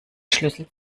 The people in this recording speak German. schlüssel